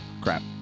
Crap